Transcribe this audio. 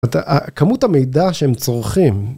‫ה.. כמות המידע שהם צורכים